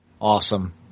Awesome